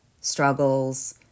struggles